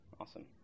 Awesome